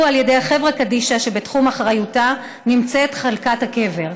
על ידי חברה קדישא שבתחום אחריותה נמצאת חלקת הקבר,